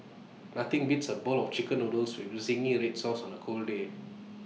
nothing beats A bowl of Chicken Noodles with Zingy Red Sauce on A cold day